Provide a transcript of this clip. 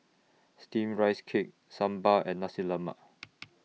Steamed Rice Cake Sambal and Nasi Lemak